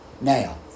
Now